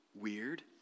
weird